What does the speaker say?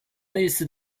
类似